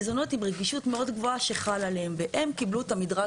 מזון עם רגישות מאוד גבוהה שחל עליהם והם קיבלו את המדרג